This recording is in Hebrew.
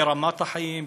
ברמת החיים,